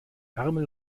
ärmel